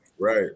Right